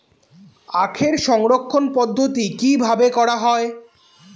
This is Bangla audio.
আখের সংরক্ষণ পদ্ধতি কিভাবে করা হয়?